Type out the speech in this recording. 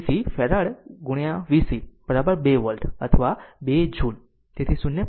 તેથી farad vc 2 volt અથવા 2 2 joule તેથી 0